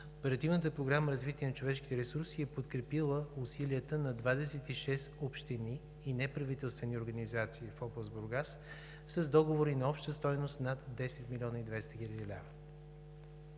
Оперативна програма „Развитие на човешките ресурси“ е подкрепила усилията на 26 общини и неправителствени организации в област Бургас с договори на обща стойност над 10 млн. 200 хил. лв.